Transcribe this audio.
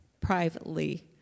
privately